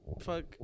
Fuck